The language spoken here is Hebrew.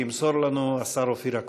שימסור לנו השר אופיר אקוניס.